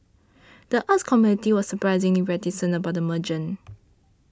the arts community was surprisingly reticent about the merger